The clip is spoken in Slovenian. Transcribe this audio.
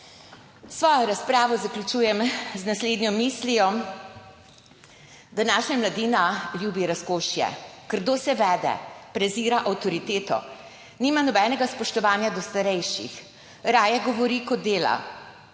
Svojo razpravo zaključujem z naslednjo mislijo. »Današnja mladina ljubi razkošje, grdo se vede, prezira avtoriteto, nima nobenega spoštovanja do starejših, raje govori, kot dela,«